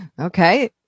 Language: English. Okay